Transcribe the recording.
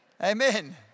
Amen